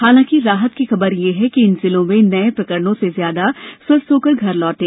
हालांकि राहत की खबर यह है कि इन जिलों में नये प्रकरणों से ज्यादा स्वस्थ होकर घर लौटे